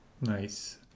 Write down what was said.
Nice